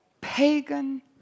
pagan